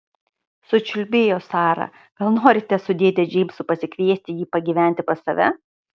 sučiulbėjo sara gal norite su dėde džeimsu pasikviesti jį pagyventi pas save